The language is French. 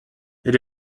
elle